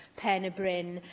pen-y-bryn,